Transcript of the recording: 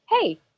hey